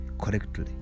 correctly